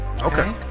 Okay